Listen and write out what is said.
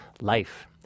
life